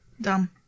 Dumb